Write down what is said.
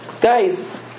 guys